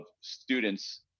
students